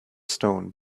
stone